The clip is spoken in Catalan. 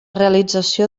realització